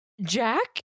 jack